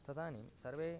तदानीं सर्वे